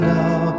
now